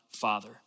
Father